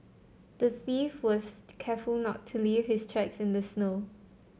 the thief was careful to not leave his tracks in the snow